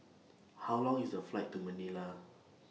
How Long IS The Flight to Manila